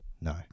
No